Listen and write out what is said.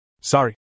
Sorry